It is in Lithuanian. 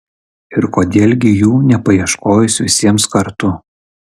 ir kodėl gi jų nepaieškojus visiems kartu